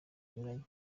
bunyuranye